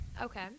Okay